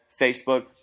Facebook